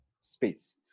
space